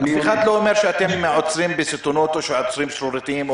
אף אחד לא אומר שאתם עוצרים בסיטונות או שעוצרים שרירותית.